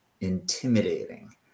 intimidating